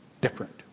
different